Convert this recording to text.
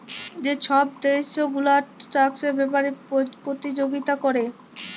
যে ছব দ্যাশ গুলা ট্যাক্সের ব্যাপারে পতিযগিতা ক্যরে